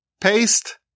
paste